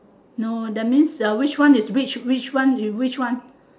no that means which one is which which one is which one